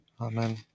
Amen